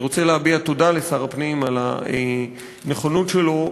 אני רוצה להביע תודה לשר הפנים על הנכונות שלו,